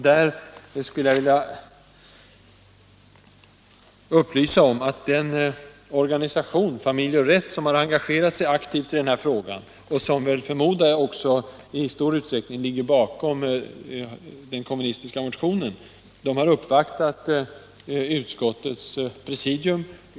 Där skulle jag vilja upplysa om att den organisation — Familj och Rätt —, som engagerat sig aktivt i denna fråga och som jag förmodar i stor utsträckning ligger bakom den kommunistiska motionen, har uppvaktat utskottets presidium.